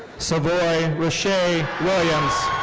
savoy reshay williams.